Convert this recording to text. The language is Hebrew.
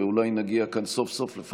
ואולי נגיע כאן סוף-סוף להסכמה,